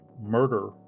murder